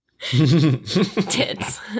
Tits